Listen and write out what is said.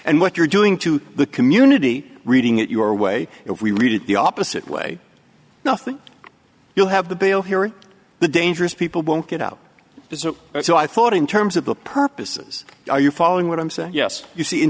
and what you're doing to the community reading it your way if we read it the opposite way nothing you'll have the bail hearing the dangerous people won't get out is it so i thought in terms of the purposes are you following what i'm saying yes you see in